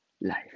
life